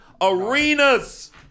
arenas